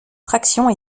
fractions